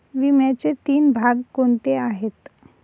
विम्याचे तीन भाग कोणते आहेत?